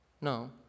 no